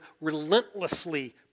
relentlessly